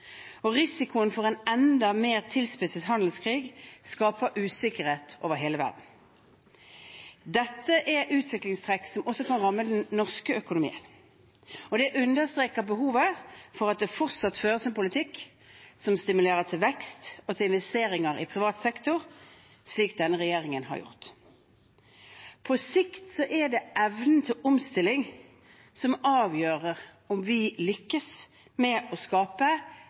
Og risikoen for en enda mer tilspisset handelskrig skaper usikkerhet over hele verden. Dette er utviklingstrekk som også kan ramme den norske økonomien, og det understreker behovet for at det fortsatt føres en politikk som stimulerer til vekst og investeringer i privat sektor, slik denne regjeringen har gjort. På sikt er det evnen til omstilling som avgjør om vi lykkes med å skape